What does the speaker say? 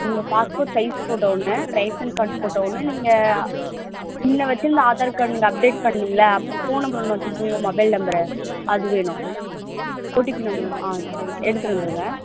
உங்கள் passport size photo ஒன்று ration card photo ஒன்று நீங்கள் முன்னே வெச்சுருந்த ஆதார் கார்ட் நீங்கள் அப்டேட் பண்ணிங்கள்லை அப்போ ஃபோன் நம்பர் ஒன்று வெச்சுருப்பிங்கள மொபைல் நம்பரு அது வேணும் ஓடிபி நம்பர் வரும் ஆ சரி எடுத்துகிட்டு வந்துடுங்க